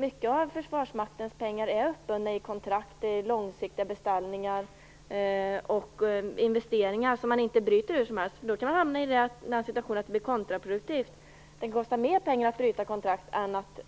Mycket av Försvarsmaktens pengar är uppbundna i kontrakt på långsiktiga beställningar och investeringar som man inte bryter hur som helst. Då kan man hamna i den situationen att det blir kontraproduktivt, dvs. att det kostar mer pengar att bryta kontrakt än att